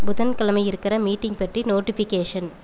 புதன்கிழமை இருக்கிற மீட்டிங் பற்றி நோடிஃபிகேஷன்